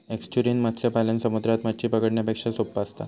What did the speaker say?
estuarine मत्स्य पालन समुद्रात मच्छी पकडण्यापेक्षा सोप्पा असता